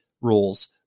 rules